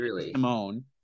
Simone